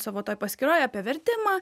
savo toj paskyroj apie vertimą